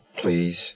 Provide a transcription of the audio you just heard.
please